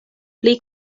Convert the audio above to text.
pli